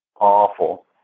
awful